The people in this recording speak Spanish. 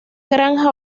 granja